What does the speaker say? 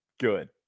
good